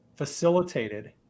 facilitated